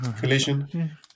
Collision